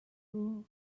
who